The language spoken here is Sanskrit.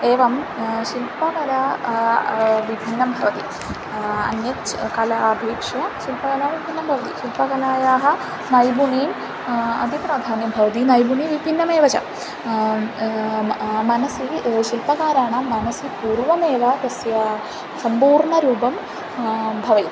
एवं शिल्पकला विभिन्नं भवति अन्यत् कला अपेक्ष्या शिल्पकला विभिन्नं भवति शिल्पकलायाः नैपुण्यम् अतिप्राधान्यं भवति नैपुण्य विभिन्नमेव च मनसि शिल्पकाराणां मनसि पूर्वमेव तस्य सम्पूर्णरूपं भवेत्